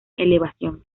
elevación